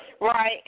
Right